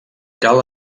cal